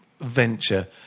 venture